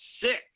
sick